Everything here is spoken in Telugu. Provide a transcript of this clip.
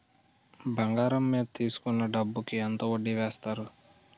బంగారం మీద తీసుకున్న డబ్బు కి ఎంత వడ్డీ వేస్తారు?